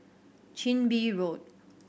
Chin Bee Road